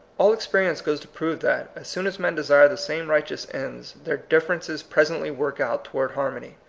all experience goes to prove that, as soon as men desire the same righteous ends, their differences presently work out toward har mony.